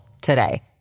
today